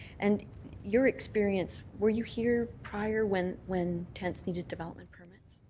and your experience, were you here prior when when tents needed development permits?